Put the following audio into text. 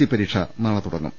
C പരീക്ഷ നാളെ തുടങ്ങും